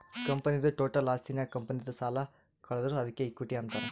ಕಂಪನಿದು ಟೋಟಲ್ ಆಸ್ತಿನಾಗ್ ಕಂಪನಿದು ಸಾಲ ಕಳದುರ್ ಅದ್ಕೆ ಇಕ್ವಿಟಿ ಅಂತಾರ್